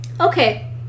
Okay